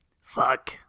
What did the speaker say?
Fuck